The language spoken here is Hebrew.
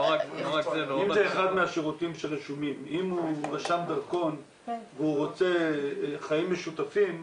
אם הוא רשם דרכון והוא רוצה חיים משותפים,